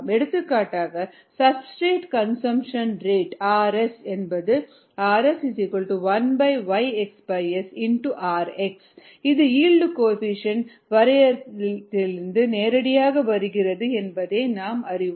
எடுத்துக்காட்டாக substrate consumption rate rs என்பது rs1YxSrx இது ஈல்டு கோஎஃபீஷியேன்ட் வரையறையிலிருந்து நேரடியாக வருகிறது என்பது நாம் அறிவோம்